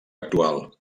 actual